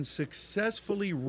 successfully